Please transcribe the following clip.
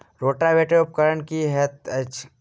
Rotavator उपकरण की हएत अछि?